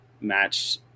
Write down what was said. match